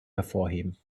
hervorheben